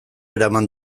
eraman